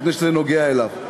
מפני שזה נוגע אליו.